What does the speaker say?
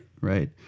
Right